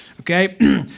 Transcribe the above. okay